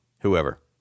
whoever